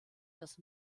das